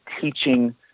teaching